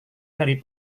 dari